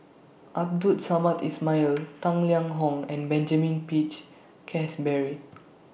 Abdul Samad Ismail Tang Liang Hong and Benjamin Peach Keasberry